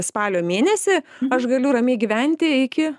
spalio mėnesį aš galiu ramiai gyventi iki